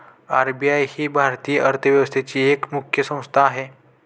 RBI ही भारतीय अर्थव्यवस्थेची एक मुख्य संस्था आहे